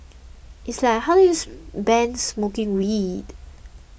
it's like how do you ban smoking weed